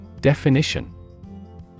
Definition